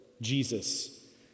Jesus